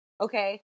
Okay